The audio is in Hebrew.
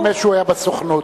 ב-1995 הוא היה בסוכנות.